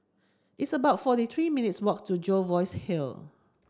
it's about forty three minutes' walk to Jervois Hill